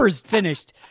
finished